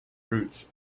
fruits